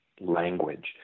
language